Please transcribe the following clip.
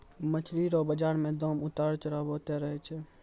मछली रो बाजार मे दाम उतार चढ़ाव होते रहै छै